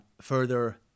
further